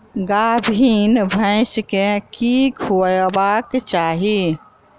गाभीन भैंस केँ की खुएबाक चाहि?